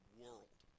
world